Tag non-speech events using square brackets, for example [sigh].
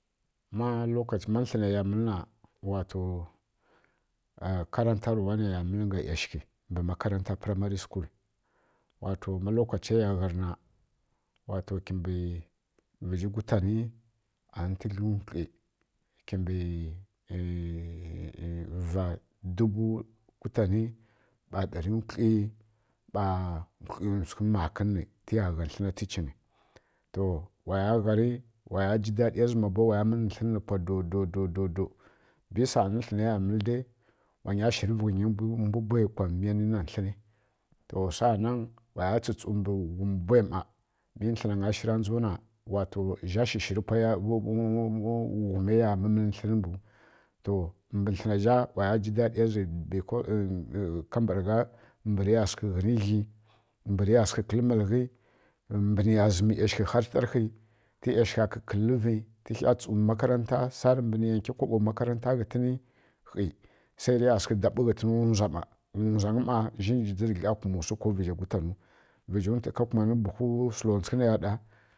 Ma lokaci ma tlǝnǝ ya mǝlǝ na wato [hesitation] karantarwa nai ya mǝlǝ ka ˈyashǝghi mbǝ [unintelligible] primary school wato ma lokacǝ ya gha rǝ na wato kimbǝ vǝzhi gutanǝ an tǝgli wkli kimbǝ va dubu kutani ɓa ɗari wkli ɓa wklinwtsughi makǝn ri tǝya gha tlǝn teaching to waya ghari waya ji daɗiya zǝ ˈma bo kuma waya mǝlǝ tlǝn tǝ pui do do do do do do bisa mǝlǝ tlǝnaiya mǝlǝ ma bo waya shǝrivǝ ghǝnyi mbwi mbwu bwakhi to saanan waya tsutsu mbǝ ghum bwai ˈma mi tlǝna nya shu randzau na to zhirǝ shishiri mbwagula pwai khizhu to mbǝ tlǝna zha waya ji dadiya zǝ don mbǝ riya sǝghǝ ghǝni ghi mbǝ riya sǝghǝ kǝl malghi mbǝn niya zǝmǝ nǝ ˈyashǝghi har ɗarkhi tǝ ˈyashǝgha kǝkǝllǝ vi tǝkha tsumbǝ makaranta har tǝrkhi khi sai riya sǝghi daɓǝ ghǝtǝn ghǝna wza ˈma mbǝ wzanyǝ ˈma zhingi dzǝrǝ gla kumanǝ wsu vǝzhu ntwi ka kumanǝ buhu sǝlanwtsukǝ niya ɗa